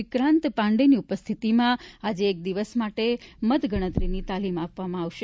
વિક્રાંત પાંડેની ઉપસ્થિતીમાં આજે એક દિવસ માટે મતગણતરીની તાલીમ આપવામાં આવશે